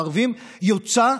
יוצע,